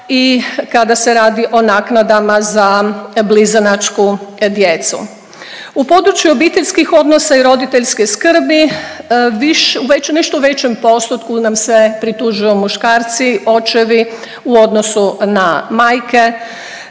i kada se radi o naknadama za blizanačku djecu. U području obiteljskih odnosa i roditeljske skrbi viš… nešto u većem postotku nam se pritužuju muškarci, očevi u odnosu na majke.